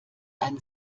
ein